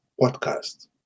podcast